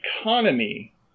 economy